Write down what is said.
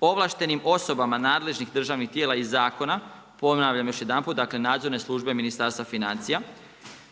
ovlaštenim osobama nadležnih državnih tijela iz zakona. Ponavljam još jedanput, dakle nadzorne službe Ministarstva financija,